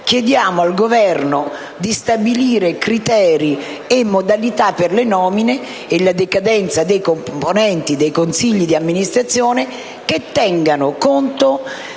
chiediamo al Governo di stabilire criteri e modalità per le nomine e la decadenza dei componenti dei consigli di amministrazione che tengano conto